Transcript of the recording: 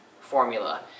formula